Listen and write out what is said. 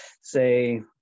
say